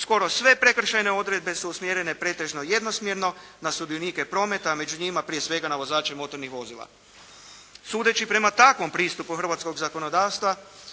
Skoro sve prekršajne odredbe su usmjerene pretežno jednosmjerno na sudionike prometa, a među njima prije svega na vozače motornih vozila. Sudeći prema takvom pristupu hrvatskog zakonodavca